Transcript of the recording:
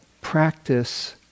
practice